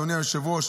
אדוני היושב-ראש,